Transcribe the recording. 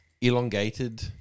elongated